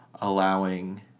allowing